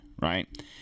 right